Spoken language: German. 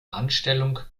anstellung